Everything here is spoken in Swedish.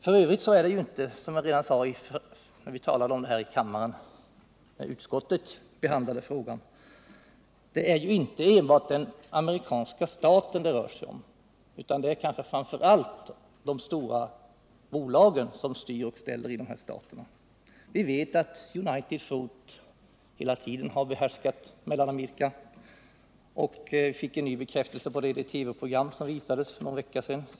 F. ö. är det — som jag sade redan när vi talade om detta i kammaren när utskottet hade behandlat frågan — inte enbart den amerikanska staten det rör sig om, utan det är framför allt de stora bolagen som styr och ställer i de mellanamerikanska staterna. Vi vet att United Fruit har utnyttjat landet och dess befolkning — vi fick en ny bekräftelse på det i ett TV-program för någon vecka sedan.